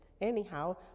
Anyhow